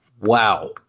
Wow